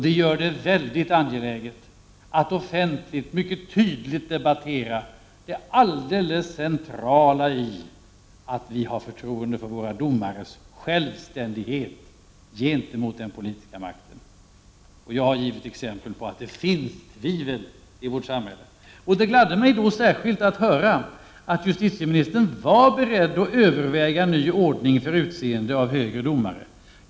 Detta gör det mycket angeläget att offentligt mycket tydligt debattera det alldeles centrala, nämligen att vi har förtroende för våra domares självständighet gentemot den politiska makten. Och jag har givit exempel på att det finns tvivel i vårt samhälle. Det gladde mig då särskilt att höra att justitieministern var beredd att överväga en ny ordning för utseende av högre domare.